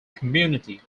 community